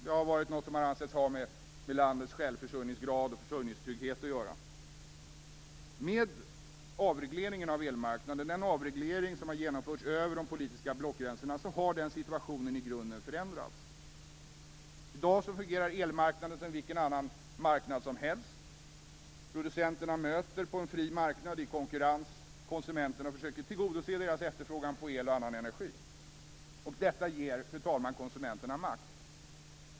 Den har varit något som har ansetts ha med landets självförsörjningsgrad och försörjningstrygghet att göra. Med avregleringen av elmarknaden - den avreglering som har genomförts över de politiska blockgränserna - har den situationen i grunden förändrats. I dag fungerar elmarknaden som vilken annan marknad som helst. Producenterna möter konsumenterna på en fri marknad i konkurrens och försöker tillgodose deras efterfrågan på el och annan energi. Detta ger, fru talman, konsumenterna makt.